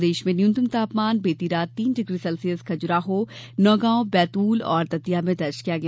प्रदेश में न्यूनतम तापमान बीती रात तीन डिग्री सेल्सियस खजुराहो नौगांव बैतूल और दतिया में दर्ज किया गया